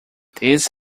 this